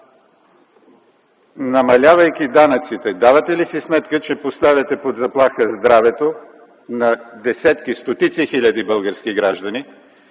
Намалявайки данъците, давате ли си сметка, че поставяте под заплаха здравето на десетки, стотици хиляди български граждани?